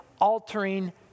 altering